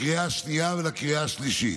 לקריאה השנייה ולקריאה השלישית.